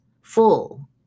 full